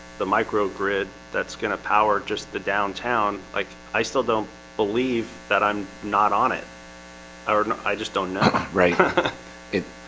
the micro grid that's gonna power just the downtown like i still don't believe that i'm not on it or not. and i just don't know right it.